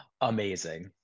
Amazing